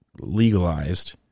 legalized